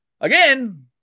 again